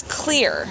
clear